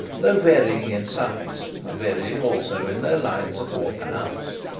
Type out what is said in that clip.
though varying in size, and varying also in their lines athwart the house.